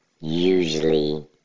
usually